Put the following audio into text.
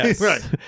Right